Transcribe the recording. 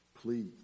please